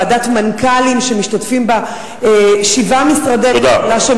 ועדת מנכ"לים שמשתתפים בה שבעה משרדי ממשלה,